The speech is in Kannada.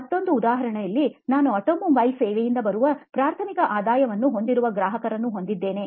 ಮತ್ತೊಂದು ಉದಾಹರಣೆಯಲ್ಲಿ ನಾನು ಆಟೋಮೊಬೈಲ್ ಸೇವೆಯಿಂದ ಬರುವ ಪ್ರಾಥಮಿಕ ಆದಾಯವನ್ನು ಹೊಂದಿರುವ ಗ್ರಾಹಕರನ್ನು ಹೊಂದಿದ್ದೆನೆ